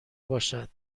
باشد